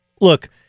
look